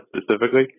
specifically